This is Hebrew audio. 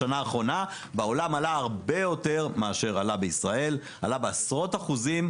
בשנה האחרונה בעולם עלה הרבה יותר מאשר עלה בישראל בעשרות אחוזים.